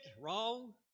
Wrong